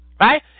Right